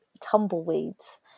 tumbleweeds